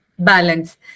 Balance